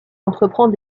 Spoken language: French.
entreprend